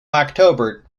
october